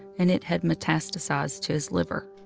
and it had metastasized to his liver.